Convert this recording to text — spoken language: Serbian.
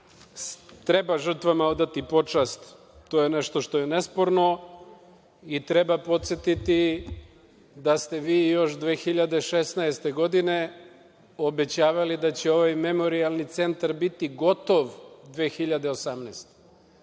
Treba žrtvama odati počast, to je nešto što je nesporno i treba podsetiti da ste vi još 2016. godine obećavali da će ovaj memorijalni centar biti gotov 2018.